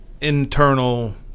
internal